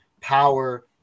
power